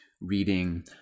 reading